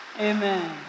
Amen